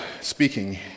speaking